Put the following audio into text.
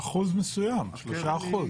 אחוז מסוים, ה-3%.